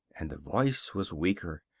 and the voice was weaker,